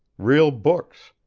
real books,